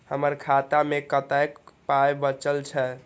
हमर खाता मे कतैक पाय बचल छै